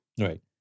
Right